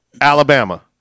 Alabama